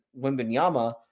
Wimbenyama